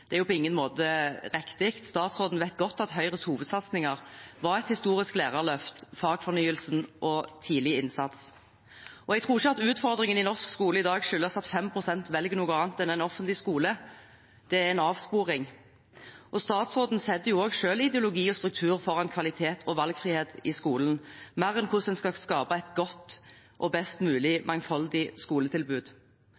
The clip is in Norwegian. hovedsatsinger var et historisk lærerløft, fagfornyelsen og tidlig innsats. Jeg tror ikke at utfordringen i norsk skole i dag skyldes at 5 pst. velger noe annet enn en offentlig skole. Det er en avsporing. Statsråden setter også selv ideologi og struktur foran kvalitet og valgfrihet i skolen, mer enn hvordan en skal skape et godt og best mulig